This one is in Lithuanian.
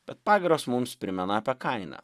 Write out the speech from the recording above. bet pagirios mums primena apie kainą